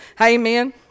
Amen